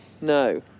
No